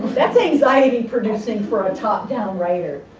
that's anxiety producing for a top down writer,